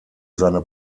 seine